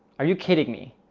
are you kidding me?